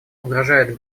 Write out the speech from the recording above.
угрожает